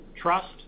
Trust